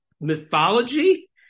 mythology